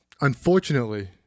unfortunately